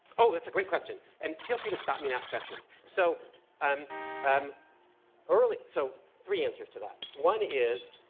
oh, that's a great question. and feel free to stop me and ask questions. so um um early, so three answers to that. one is,